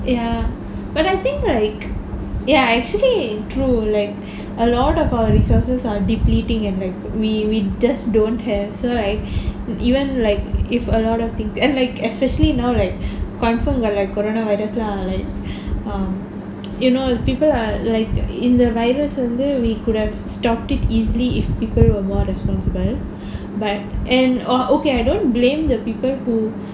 ya but I think like ya actually true like a lot of our resources are depleting and like we we just don't have so like even like if a lot of things and like especially now like confirm got like coronavirus lah like um you know people are like இந்த:intha virus வந்து:vanthu we could have stopped it easily if people were more responsible but and oh okay I don't blame the people who